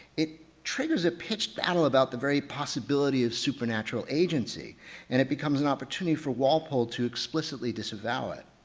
it triggers a pitched battle about the very possibility of supernatural agency and it becomes an opportunity for walpole to explicitly disavow it.